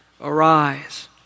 arise